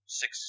six